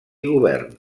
governs